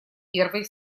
первый